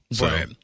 Right